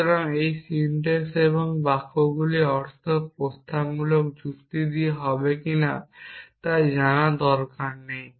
সুতরাং এই সিনট্যাক্স এই বাক্যগুলির অর্থ প্রস্তাবমূলক যুক্তি দিয়ে হবে কিনা তা জানার দরকার নেই